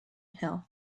hill